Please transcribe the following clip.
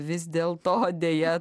vis dėl to deja